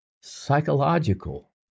psychological